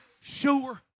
sure